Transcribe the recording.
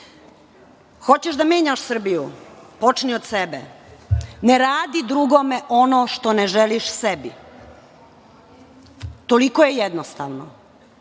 da menjaš Srbiju? Počni od sebe. Ne radi drugome ono što ne želiš sebi. Toliko je jednostavno.